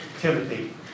Timothy